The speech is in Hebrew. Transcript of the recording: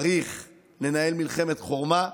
צריך לנהל מלחמת חורמה,